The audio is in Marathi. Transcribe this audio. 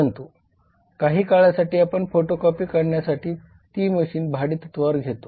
परंतु काही काळासाठी आपण फोटोकॉपी काढण्यासाठी ती मशीन भाडे तत्वावर घेतो